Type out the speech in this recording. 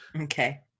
Okay